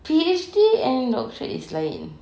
P_H_D and doctorate is like